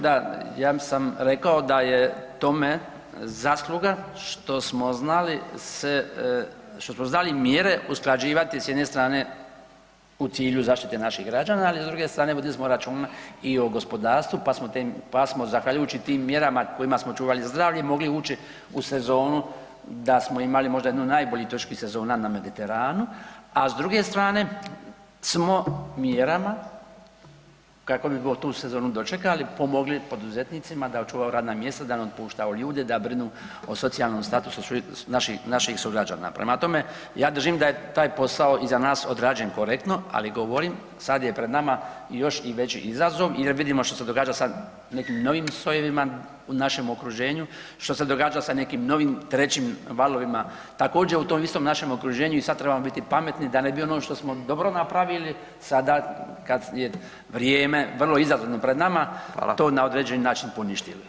Da, ja sam rekao da je tome zasluga što smo znali se, što smo znali mjere usklađivati s jedne strane u cilju zaštite naših građana, ali s druge strane vodili smo računa i o gospodarstvu, pa smo zahvaljujući tim mjerama kojima smo čuvali zdravlje mogli ući u sezonu da smo imali možda jednu od najboljih turističkih sezona na Mediteranu, a s druge strane smo mjerama, kako bi tu sezonu dočekali pomogli poduzetnicima da očuvaju radna mjesta, da ne otpuštaju ljude, da brinu o socijalnom statusu naših sugrađana, prema tome, ja držim da je taj posao i za nas odrađen korektno, ali govorim, sad je pred nama još i veći izazov jer vidimo što se događa sa nekim novim sojevima u našem okruženju, što se događa sa nekim novim trećim valovima, također, u tom istom našem okruženju i sad trebamo biti pametni da ne bi ono što smo dobro napravili, sada kad je vrijeme vrlo izazovno pred nama [[Upadica: Hvala.]] to na određeni način poništili.